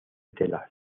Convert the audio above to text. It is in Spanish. telas